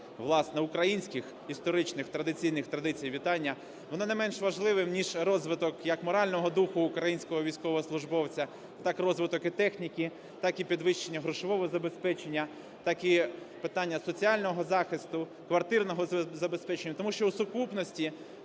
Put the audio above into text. власне, українських історичних традиційних традиції вітання, воно не менш важливе, ніж розвиток як морального духу українського військовослужбовця, так і розвиток техніки, так і підвищення грошового забезпечення, так і питання соціального захисту, квартирного забезпечення. Тому що у сукупності